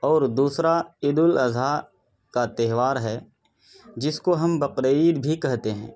اور دوسرا عیدالاضحیٰ کا تیہوار ہے جس کو ہم بقرعید بھی کہتے ہیں